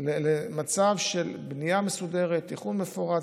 למצב של בנייה מסודרת, תכנון מפורט.